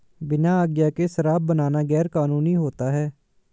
बिना आज्ञा के शराब बनाना गैर कानूनी होता है